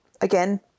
again